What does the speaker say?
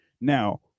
now